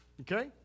Okay